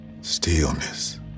stillness